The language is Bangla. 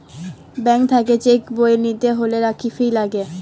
ব্যাঙ্ক থাক্যে চেক বই লিতে ফি লাগে